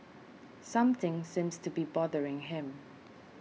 something seems to be bothering him